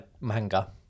manga